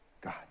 God